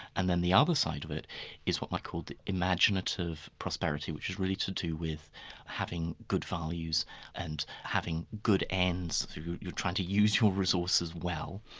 and then the other side of it is what i might call the imaginative prosperity, which is really to do with having good values and having good ends through your trying to use your resources well.